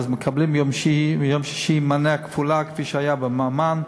אז מקבלים ביום שישי מנה כפולה כפי שהיה עם המן.